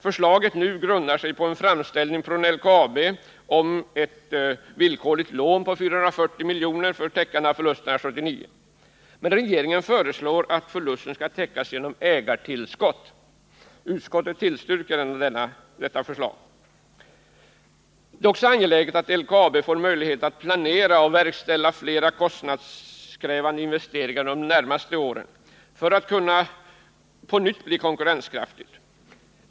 Förslaget nu grundar sig på en framställning från LKAB om ett villkorligt lån på 440 miljoner för täckande av förlusterna 1979, men regeringen föreslår att förlusten täcks genom ägartillskott. Utskottet tillstyrker detta förslag. Det är också angeläget att LKAB får möjlighet att planera och verkställa flera kostnadskrävande investeringar under de närmaste åren för att på nytt bli konkurrenskraftigt.